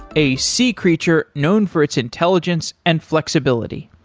a sea creature known for its intelligence and flexibility.